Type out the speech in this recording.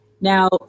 now